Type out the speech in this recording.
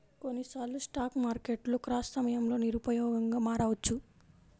కొన్నిసార్లు స్టాక్ మార్కెట్లు క్రాష్ సమయంలో నిరుపయోగంగా మారవచ్చు